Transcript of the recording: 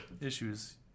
issues